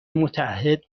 متعهد